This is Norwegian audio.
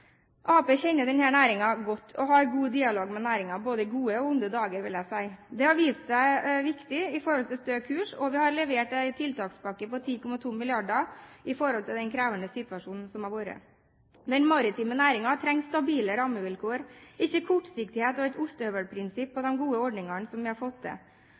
godt og har god dialog med næringen i både gode og onde dager, vil jeg si. Det har vist seg å være viktig for å holde stø kurs, og vi har levert en tiltakspakke på 10,2 mrd. kr i forhold til den krevende situasjonen som har vært. Den maritime næringen trenger stabile rammevilkår, ikke kortsiktighet og et ostehøvelprinsipp med tanke på de gode ordningene som vi har fått til.